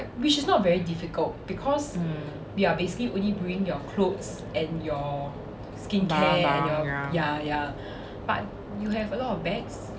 ya ya ya